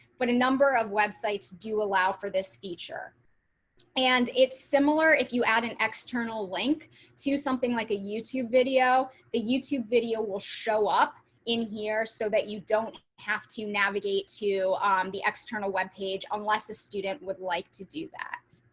but a number of websites do allow for this feature. shari beck and it's similar. if you add an external link to something like a youtube video the youtube video will show up in here so that you don't have to navigate to um the external web page, unless the student would like to do that.